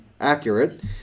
accurate